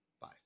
Bye